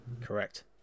Correct